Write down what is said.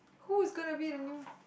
who is gonna be the new